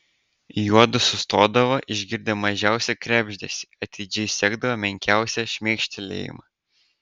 juodu sustodavo išgirdę mažiausią krebždesį atidžiai sekdavo menkiausią šmėkštelėjimą